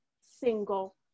single